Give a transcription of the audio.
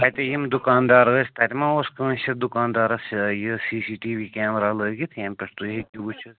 تَتہِ یِم دُکاندار ٲسۍ تَتہِ ما اوس کٲنٛسہِ دُکاندارَس یہِ ہہ یہِ C C T V camera لٲگِتھ ییٚمہِ پٮ۪ٹھ تُہۍ ہیٚکِو وٕچِھتھ